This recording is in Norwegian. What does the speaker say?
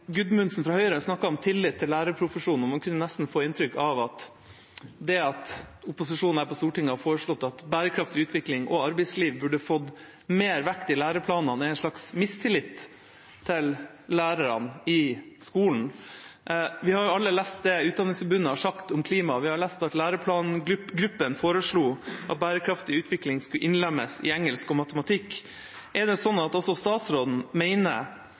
Gudmundsen fra Høyre snakket om tillit til lærerprofesjonen. Man kunne nesten få inntrykk av at det at opposisjonen her på Stortinget har foreslått at bærekraftig utvikling og arbeidsliv burde fått mer vekt i læreplanene, er en slags mistillit til lærerne i skolen. Vi har alle lest det Utdanningsforbundet har sagt om klima, og vi har lest at læreplangruppen foreslo at bærekraftig utvikling skulle innlemmes i engelsk og matematikk. Mener også statsråden